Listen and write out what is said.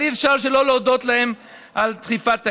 אבל אי-אפשר שלא להודות להם על דחיפת העניין.